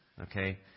Okay